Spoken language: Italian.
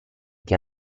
che